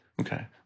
Okay